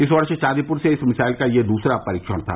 इस वर्ष चांदीपुर से इस मिसाइल का यह दूसरा परीक्षण था